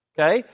Okay